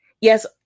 yes